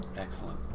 Excellent